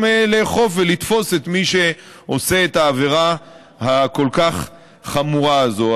לאכוף ולתפוס את מי עושה את העבירה הכל-כך חמורה הזאת.